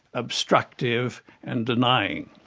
obstructive and denying.